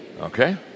Okay